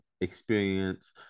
experience